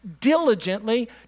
diligently